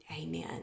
Amen